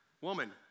woman